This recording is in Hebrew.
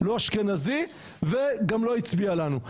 לא אשכנזי וגם לא הצביע לנו.